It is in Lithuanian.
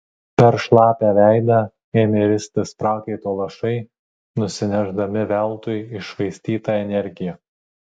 per šlapią veidą ėmė ristis prakaito lašai nusinešdami veltui iššvaistytą energiją